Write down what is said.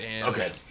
okay